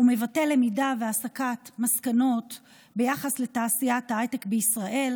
והוא מבטא למידה והסקת מסקנות ביחס לתעשיית ההייטק בישראל.